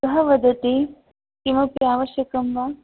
कः वदति किमपि आवश्यकं वा